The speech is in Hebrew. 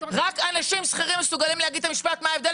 רק אנשים שכירים מסוגלים להגיד את המשפט "מה ההבדל",